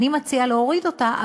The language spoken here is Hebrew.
אני מציעה להוריד אותה.